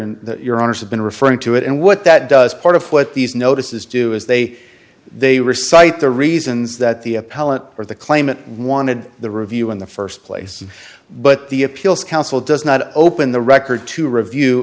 and your honor have been referring to it and what that does part of what these notices do is they they recite the reasons that the appellant or the claimant wanted the review in the st place but the appeals counsel does not open the record to review